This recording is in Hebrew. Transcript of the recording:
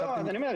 אני אומר,